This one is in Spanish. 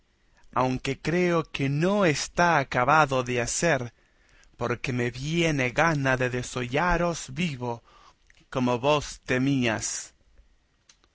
aunque creo que no está acabado de hacer porque me viene gana de desollaros vivo como vos